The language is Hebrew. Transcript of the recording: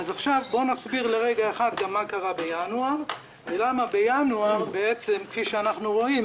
אסביר מה קרה בינואר ולמה כפי שאנחנו רואים